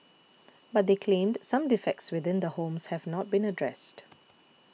but they claimed some defects within the homes have not been addressed